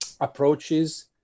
approaches